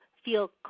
feel